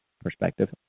perspective